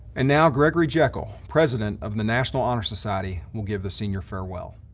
and now gregory jekel, president of the national honor society, will give the senior farewell.